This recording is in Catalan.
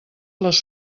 les